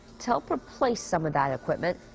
to help replace some of that equipment.